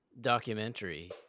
documentary